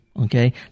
Okay